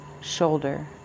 shoulder